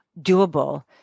doable